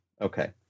okay